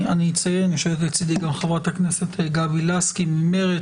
אני אציין שיושבת לצידי כאן חברת הכנסת גבי לסקי ממר"צ.